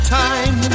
time